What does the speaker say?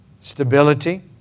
stability